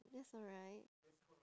that's alright